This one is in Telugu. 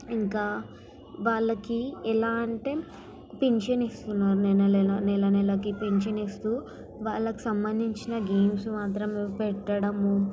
ఇంకా వాళ్ళకి ఎలా అంటే పింఛన్ ఇస్తున్నారు నెల నెల నెల నెలకి పింఛన్ ఇస్తూ వాళ్ళకి సంభందించిన గేమ్స్ మాత్రం పెట్టడం